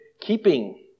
keeping